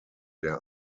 der